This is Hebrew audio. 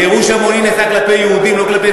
גירוש המוני נעשה כלפי יהודים, לא כלפי